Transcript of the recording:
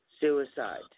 suicide